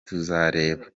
tuzareba